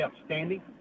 outstanding